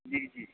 جی جی